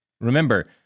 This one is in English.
remember